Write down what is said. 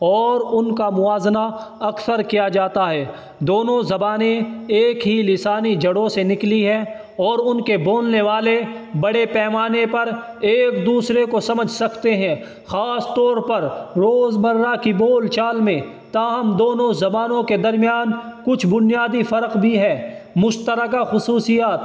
اور ان کا موازنہ اکثر کیا جاتا ہے دونوں زبانیں ایک ہی لسانی جڑوں سے نکلی ہے اور ان کے بولنے والے بڑے پیمانے پر ایک دوسرے کو سمجھ سکتے ہیں خاص طور پر روز مرہ کی بول چال میں تاہم دونوں زبانوں کے درمیان کچھ بنیادی فرق بھی ہے مشترکہ خصوصیات